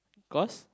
cause